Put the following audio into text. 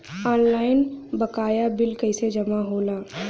Online बकाया bill कैसे जमा होला?